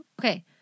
Okay